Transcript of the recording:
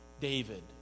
david